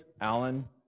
Alan